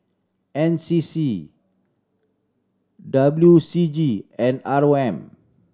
N C C W C G and R O M